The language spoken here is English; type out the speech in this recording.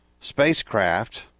spacecraft